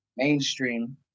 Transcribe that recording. Mainstream